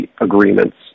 agreements